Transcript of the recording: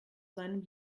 seinem